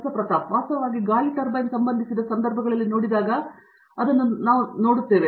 ಪ್ರತಾಪ್ ಹರಿಡೋಸ್ ಮತ್ತು ವಾಸ್ತವವಾಗಿ ಗಾಳಿ ಟರ್ಬೈನ್ ಸಂಬಂಧಿಸಿದ ಸಂದರ್ಭಗಳಲ್ಲಿ ನೋಡಿದಾಗ ಸಾಮಾನ್ಯವಾಗಿ ನಾವು ಕಾಣುತ್ತೇವೆ